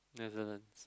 Netherlands